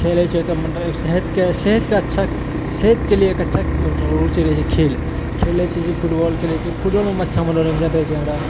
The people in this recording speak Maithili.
खेल हइ छै तऽ मतलब सेहतके सेहतके अच्छा सेहतके लिए एक अच्छा रूचि रहै छै खेल खेलै छै जे फुटबॉल खेलै छै फुटबॉलमे अच्छा मनोरञ्जन रहै छै हमरा